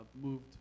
moved